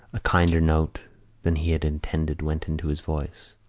a kinder note than he had intended went into his voice.